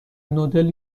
نودل